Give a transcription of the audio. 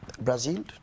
Brazil